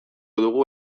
dugu